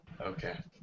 Okay